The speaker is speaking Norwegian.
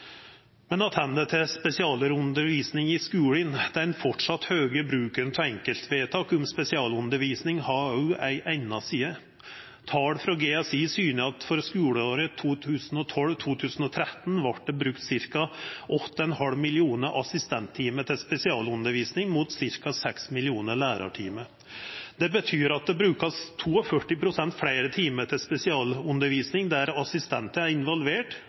Men attende til spesialundervisninga i skulen: Den høge bruken av enkeltvedtak om spesialundervisning som vi framleis har, har også ei anna side: Tal frå GSI syner at for skuleåret 2012–2013 vart det brukt ca. 8,5 millionar assistenttimar til spesialundervisning, mot ca. 6 millionar lærartimar. Det betyr at det vert brukt 42 pst. fleire timar til spesialundervisning der assistentar er